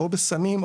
או בסמים,